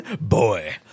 boy